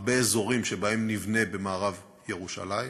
הרבה אזורים שבהם נבנה במערב ירושלים,